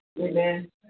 Amen